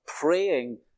praying